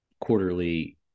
quarterly